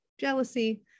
jealousy